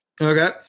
Okay